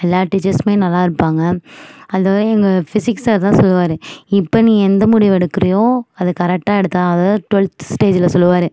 எல்லா டீச்சர்ஸ்ஸுமே நல்லா இருப்பாங்க அதுவும் எங்கள் பிசிக்ஸ் சார் தான் சொல்லுவார் இப்போ நீ எந்த முடிவெடுக்கிறயோ அது கரெக்டாக எடுத்தால்தான் ட்வெல்த்து ஸ்டேஜ்ல சொல்லுவார்